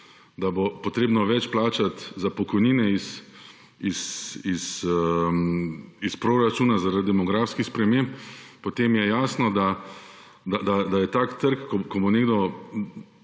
da bo potrebno več plačati za pokojnine iz proračuna zaradi demografskih sprememb, potem je jasno, da bo tak trg, ko bo nekdo